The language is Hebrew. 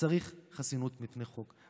צריך חסינות מפני חוק.